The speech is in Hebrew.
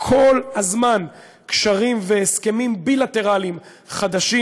כל הזמן קשרים והסכמים בילטרליים חדשים.